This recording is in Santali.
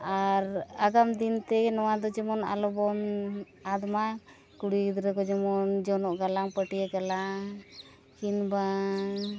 ᱟᱨ ᱟᱜᱟᱢ ᱫᱤᱱᱛᱮ ᱱᱚᱣᱟ ᱫᱚ ᱡᱮᱢᱚᱱ ᱟᱞᱚᱵᱚᱱ ᱟᱫᱼᱢᱟ ᱠᱩᱲᱤ ᱜᱤᱫᱽᱨᱟᱹ ᱠᱚ ᱡᱮᱢᱚᱱ ᱡᱚᱱᱚᱜ ᱜᱟᱞᱟᱝ ᱯᱟᱹᱴᱭᱟᱹ ᱜᱟᱞᱟᱝ ᱠᱤᱢᱵᱟ